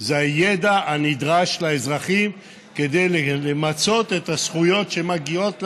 זה הידע הנדרש לאזרחים כדי למצות את הזכויות שמגיעות להם,